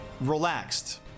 Relaxed